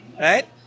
right